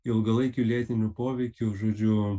ilgalaikiu lėtiniu poveikiu žodžiu